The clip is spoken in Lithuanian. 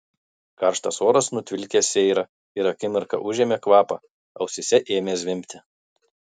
karštas oras nutvilkė seirą ir akimirką užėmė kvapą ausyse ėmė zvimbti